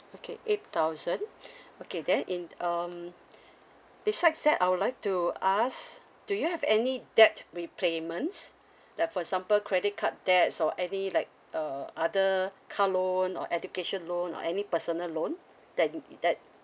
okay eight thousand okay then in um besides that I would like to ask do you have any debt repayments like for example credit card debts or any like uh other car loan or education loan or any personal loan that that